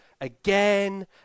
again